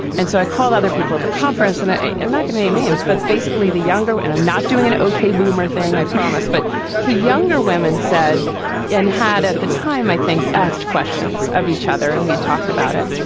and so i called other people at the conference. and i am not going to name names, but basically the younger. and i'm not doing an okay boomer thing, i promise. but the younger women said and had at the time, i think, asked questions of each other and we'd talked about it.